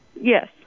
Yes